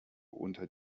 unter